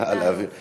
להעביר לוועדה.